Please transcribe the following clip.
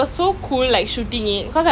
oh oh ya tell me about it